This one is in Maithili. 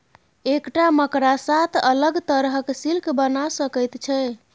एकटा मकड़ा सात अलग तरहक सिल्क बना सकैत छै